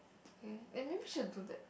okay eh maybe should do that